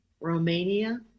Romania